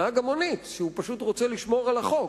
נהג המונית, שפשוט רוצה לשמור על החוק,